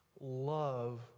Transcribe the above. love